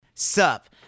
Sup